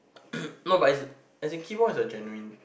no but as in as in chemo is a genuine